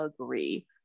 agree